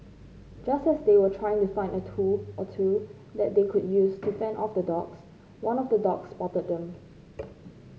just as they were trying to find a tool or two that they could use to fend off the dogs one of the dogs spotted them